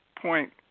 point